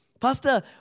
Pastor